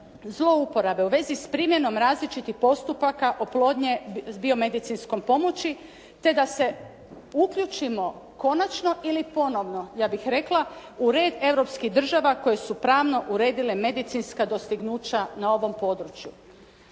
zlouporabe u vezi s primjenom različitih postupaka oplodnje s biomedicinskom pomoći te da se uključimo konačno ili ponovno ja bih rekla u red europskih država koje su pravno uredile medicinska dostignuća na ovom području.